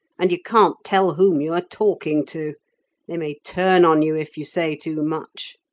and you can't tell whom you are talking to they may turn on you if you say too much.